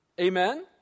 amen